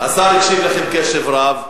השר הקשיב לכם קשב רב.